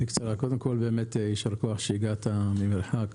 קודם כול, יישר כוח שהגעת ממרחק.